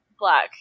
Black